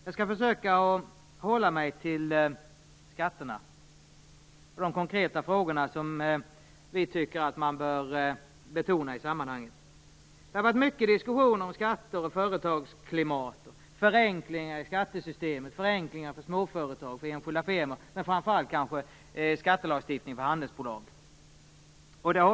Jag skall försöka att hålla mig till skatterna och de konkreta frågor som vi tycker bör betonas i sammanhanget. Det har varit mycket diskussioner om skatter, företagsklimat, förenklingar i skattesystemet, förenklingar för småföretag och för enskilda firmor, men framför allt skattelagstiftningen för handelsbolag.